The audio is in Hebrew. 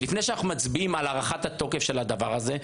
לפני שאנחנו מצביעים על הארכת התוקף של הדבר הזה,